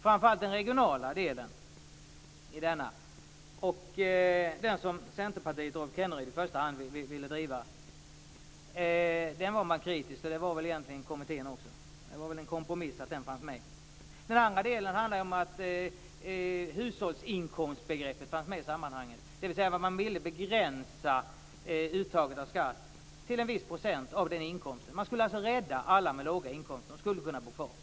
Den första gällde den regionala delen, den som Rolf Kenneryd och Centerpartiet i första hand ville driva. Där var man kritisk, och det var egentligen kommittén också. Det var väl en kompromiss att den fanns med. Den andra delen handlade om att hushållsinkomstbegreppet fanns med i sammanhanget, dvs. att man ville begränsa uttaget av skatt till en viss procent av inkomsten. Man skulle rädda alla med låga inkomster. De skulle få bo kvar.